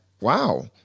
Wow